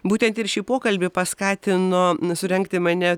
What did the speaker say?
būtent ir šį pokalbį paskatino surengti mane